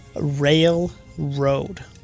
Railroad